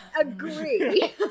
Agree